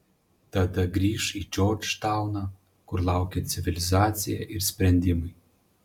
tada grįš į džordžtauną kur laukė civilizacija ir sprendimai